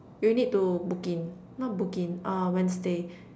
do you need to book in not book in uh Wednesday